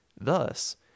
Thus